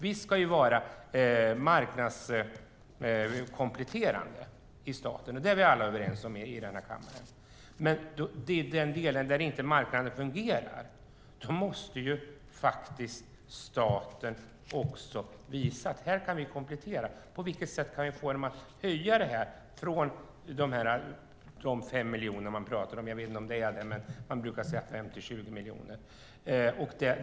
Vi i staten ska vara marknadskompletterande. Det är vi alla överens om i den här kammaren. Men i den del där marknaden inte fungerar måste faktiskt staten visa att vi kan komplettera. På vilket sätt kan vi få dem att höja detta från de 5 miljoner man pratar om - man brukar säga från 5 till 20 miljoner.